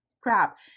crap